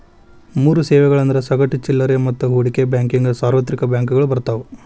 ಮೂರ್ ಸೇವೆಗಳಂದ್ರ ಸಗಟು ಚಿಲ್ಲರೆ ಮತ್ತ ಹೂಡಿಕೆ ಬ್ಯಾಂಕಿಂಗ್ ಸಾರ್ವತ್ರಿಕ ಬ್ಯಾಂಕಗಳು ಬರ್ತಾವ